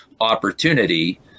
opportunity